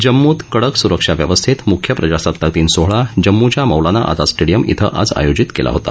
जम्मूत कडक सुरक्षा व्यवस्थेत मुख्य प्रजासत्ताक दिन सोहळा जम्मूच्या मौलना आझाद स्टीडियम क्विं आज आयोजित केला होता